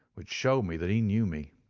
which so me that he knew me.